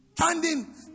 Standing